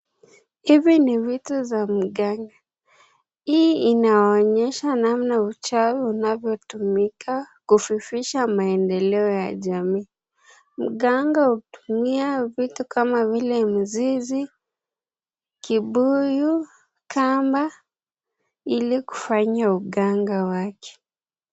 Hivi ni vitu za mganga. Hii inaonyesha namna uchawi unavyotumika kufifisha maendeleo ya jamii. Mganga utumia vitu kama vile mizizi, kibuyu, kamba, ili kufanya uganga wake.